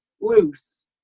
loose